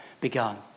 begun